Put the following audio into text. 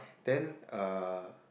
then uh